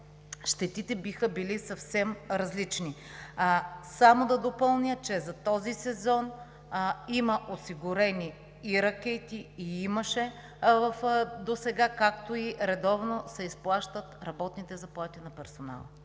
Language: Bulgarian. щетите биха били съвсем различни. Само да допълня, че за този сезон има осигурени и ракети, и досега имаше, както и редовно се изплащат работните заплати на персонала.